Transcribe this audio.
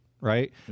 right